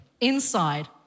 Inside